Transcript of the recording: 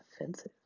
offensive